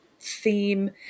theme